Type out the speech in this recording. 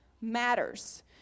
matters